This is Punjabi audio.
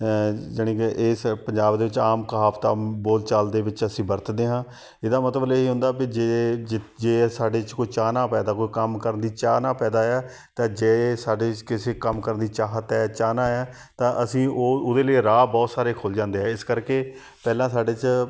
ਯਾਨੀ ਕਿ ਇਸ ਪੰਜਾਬ ਦੇ ਵਿੱਚ ਆਮ ਕਹਾਵਤਾਂ ਬੋਲਚਾਲ ਦੇ ਵਿੱਚ ਅਸੀਂ ਵਰਤਦੇ ਹਾਂ ਇਹਦਾ ਮਤਲਬ ਇਹ ਹੀ ਹੁੰਦਾ ਵੀ ਜੇ ਜੇ ਸਾਡੇ 'ਚ ਕੋਈ ਚਾਹਨਾ ਪੈਦਾ ਕੋਈ ਕੰਮ ਕਰਨ ਦੀ ਚਾਹਨਾ ਪੈਦਾ ਆ ਤਾਂ ਜੇ ਸਾਡੀ ਕਿਸੇ ਕੰਮ ਕਰਨ ਦੀ ਚਾਹਤ ਹੈ ਚਾਹਨਾ ਹੈ ਤਾਂ ਅਸੀਂ ਉਹ ਉਹਦੇ ਲਈ ਰਾਹ ਬਹੁਤ ਸਾਰੇ ਖੁੱਲ ਜਾਂਦੇ ਹੈ ਇਸ ਕਰਕੇ ਪਹਿਲਾਂ ਸਾਡੇ 'ਚ